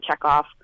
checkoff